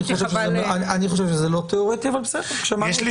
לא, הכוונה